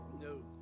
No